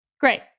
Great